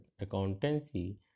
Accountancy